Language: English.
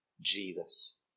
Jesus